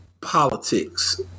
politics